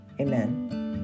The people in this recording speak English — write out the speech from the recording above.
Amen